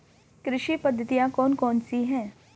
कृषि पद्धतियाँ कौन कौन सी हैं?